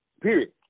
period